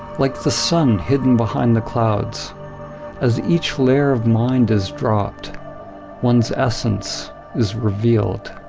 like the sun hidden behind the clouds as each layer of mind is dropped one's essence is revealed.